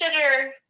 consider